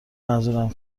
منظورم